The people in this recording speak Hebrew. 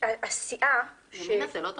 ימינה זה לא דומה.